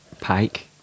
Pike